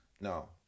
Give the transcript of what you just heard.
No